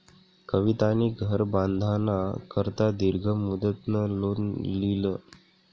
कवितानी घर बांधाना करता दीर्घ मुदतनं लोन ल्हिनं